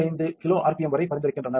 5 k rpm வரை பரிந்துரைக்கின்றனர்